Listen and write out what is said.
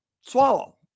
swallow